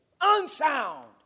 unsound